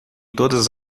todas